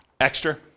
Extra